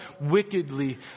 wickedly